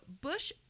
Bush